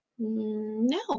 no